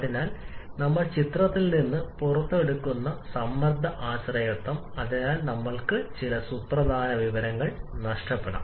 അതിനാൽ നമ്മൾ ചിത്രത്തിൽ നിന്ന് പുറത്തെടുക്കുന്ന സമ്മർദ്ദ ആശ്രയത്വം അതിനാൽ നമ്മൾക്ക് ചില സുപ്രധാന വിവരങ്ങൾ നഷ്ടപ്പെടാം